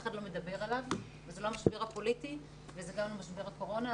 אחד לא מדבר עליו וזה לא המשבר הפוליטי וגם לא משבר הקורונה.